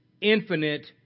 infinite